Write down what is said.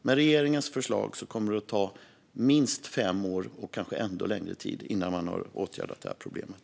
Med regeringens förslag kommer det att ta minst fem år, kanske ännu längre tid, innan man har åtgärdat det här problemet.